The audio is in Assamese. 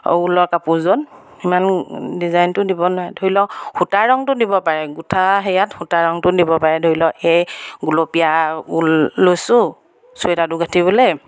ঊলৰ কাপোৰযোৰত ইমান ডিজাইনটো দিব নোৱাৰে ধৰি লওক সূতা ৰঙটো দিব পাৰে গোঁঠা হেৰিয়াত সূতা ৰংটো দিব পাৰে ধৰি লওক এই গুলপীয়া ঊল লৈছোঁ চুৱেটাৰটো গাঠিবলৈ